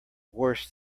worse